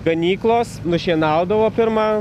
ganyklos nušienaudavo pirma